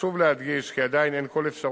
חשוב להדגיש כי עדיין אין כל אפשרות